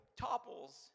topples